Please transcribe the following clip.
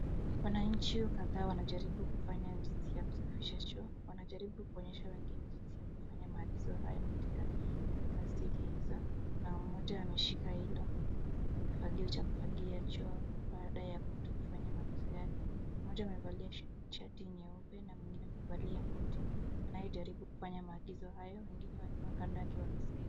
Wananchi kadhaa wanajaribu kufanya jinsi ya kusafisha choo. Wanajaribu kuonyesha wengine jinsi ya kufanya maagizo hayo katika plastiki hizo, na mmoja ameshika hilo kifagio cha kufagia choo baada ya mtu kufanya maagizo yake. Mmoja amevalia shati nyeupe na mwingine amevalia koti. Anayejaribu kufanya maagizo hayo, wengine wamesimama kando yake wakisikiza.